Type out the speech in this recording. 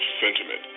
sentiment